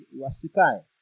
wasikai